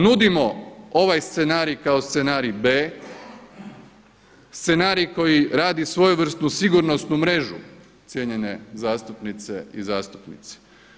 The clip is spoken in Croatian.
Nudimo ovaj scenarij kao scenarij B, scenarij koji radi svojevrsnu sigurnosnu mrežu cijenjene zastupnice i zastupnici.